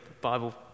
Bible